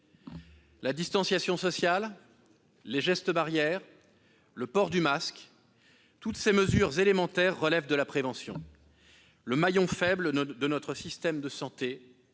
La distanciation sociale, les gestes barrières, le port du masque : toutes ces mesures élémentaires relèvent de la prévention. Le maillon faible de notre système de santé, trop longtemps